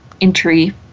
entry